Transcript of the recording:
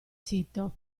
sito